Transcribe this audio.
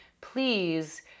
please